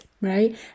right